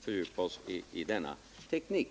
fördjupa oss i denna teknik.